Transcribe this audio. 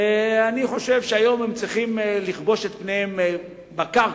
אני חושב שהיום הם צריכים לכבוש את פניהם בקרקע,